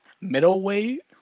middleweight